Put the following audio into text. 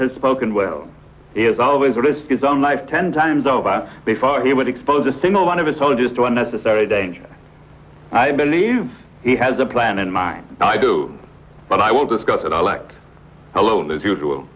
has spoken well is always a risk his own life ten times over before he would expose a single one of his own just one necessary danger i believe he has a plan in mind i do but i won't discuss it i like alone as usual